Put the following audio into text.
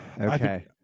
okay